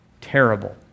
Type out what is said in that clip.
terrible